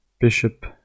Bishop